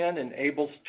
enables